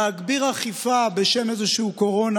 להגביר אכיפה בשם איזושהי קורונה.